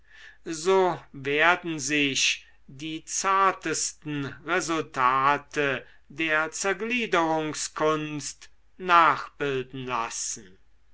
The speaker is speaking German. so werden sich die zartesten resultate der zergliederungskunst nachbilden lassen